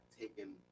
taken